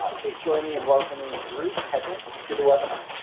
ah please join me in welcoming bruce hedman to the webinar.